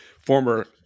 former